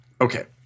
okay